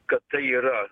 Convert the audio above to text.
kad tai yra